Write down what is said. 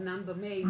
אמנם למייל,